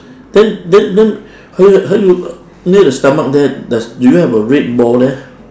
then then then how you how you near the stomach there there's do you have a red ball there